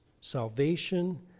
salvation